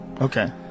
Okay